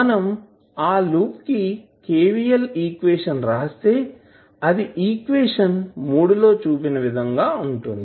మనం ఆ లూప్ కి KVL ఈక్వేషన్ రాస్తే అది ఈక్వేషన్ లో చూపిన విధంగా ఉంటుంది